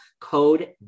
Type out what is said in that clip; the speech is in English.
code